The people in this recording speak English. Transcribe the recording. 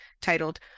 titled